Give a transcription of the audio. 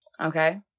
okay